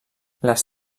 les